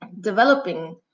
developing